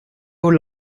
hoe